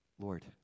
Lord